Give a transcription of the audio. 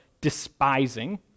despising